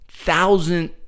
Thousand